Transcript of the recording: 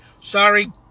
sorry